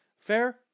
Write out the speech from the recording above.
Fair